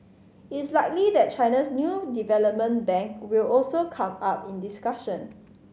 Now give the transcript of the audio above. it's likely that China's new development bank will also come up in discussion